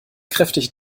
kräftig